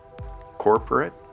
corporate